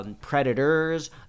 Predators